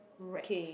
wretch